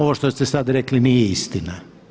Ovo što ste sad rekli nije istina.